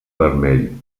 vermell